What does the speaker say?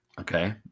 Okay